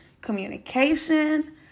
communication